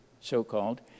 so-called